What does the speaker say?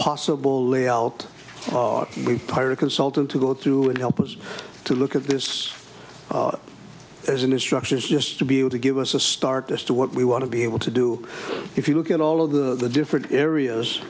possible layout we hire a consultant to go through and help us to look at this as an instruction is just to be able to give us a start as to what we want to be able to do if you look at all of the different areas